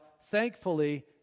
thankfully